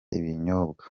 ibinyobwa